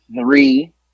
three